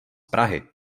prahy